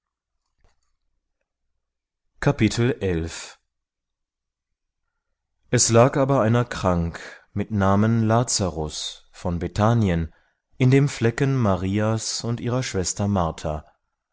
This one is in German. es lag aber einer krank mit namen lazarus von bethanien in dem flecken marias und ihrer schwester martha